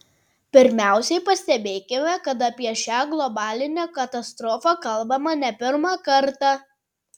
pirmiausiai pastebėkime kad apie šią globalinę katastrofą kalbama ne pirmą kartą